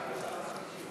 ההצבעה.